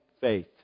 faith